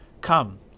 Come